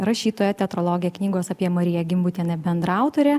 rašytoja teatrologė knygos apie mariją gimbutienę bendraautorė